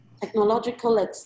technological